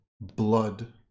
blood